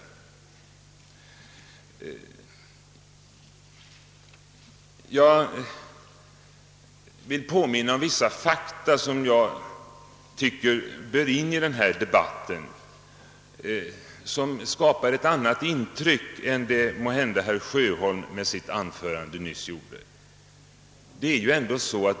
Jag vill påminna om vissa fakta som jag tycker bör anföras i denna debatt och som skapar ett annat intryck än måhända herr Sjöholm gjorde med sitt anförande nyss.